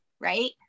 right